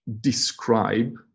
describe